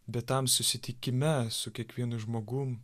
bet tam susitikime su kiekvienu žmogum